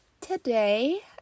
today